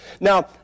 Now